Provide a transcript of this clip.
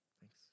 Thanks